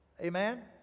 Amen